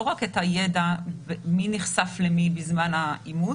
רק את הידע מי נחשף למי בזמן האימות,